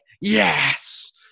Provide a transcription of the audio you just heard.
yes